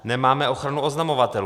Nemáme ochranu oznamovatelů.